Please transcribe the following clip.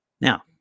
Now